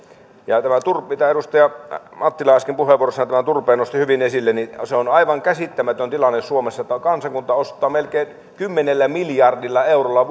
edustaja mattila äsken puheenvuorossaan tämän turpeen nosti hyvin esille on aivan käsittämätön tilanne suomessa että kansakunta ostaa melkein kymmenellä miljardilla eurolla